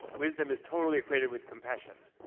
wisdom is totally equated with compassion.